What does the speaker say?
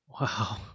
Wow